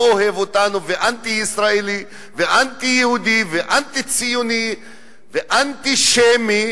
אוהב אותנו ואנטי-ישראלי ואנטי-יהודי ואנטי-ציוני ואנטישמי,